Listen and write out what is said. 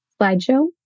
slideshow